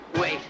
Wait